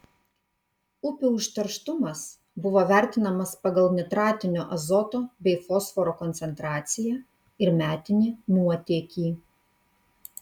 upių užterštumas buvo vertinamas pagal nitratinio azoto bei fosforo koncentraciją ir metinį nuotėkį